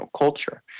culture